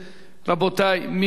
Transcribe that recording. רבותי, מי בעד?